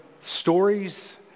stories